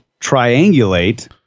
triangulate